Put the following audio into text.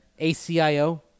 ACIO